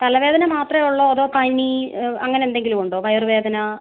തല വേദന മാത്രമേ ഉള്ളുവോ അതോ പനി അങ്ങനെ എന്തെങ്കിലും ഉണ്ടോ വയറു വേദന